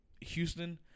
Houston